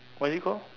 what is it called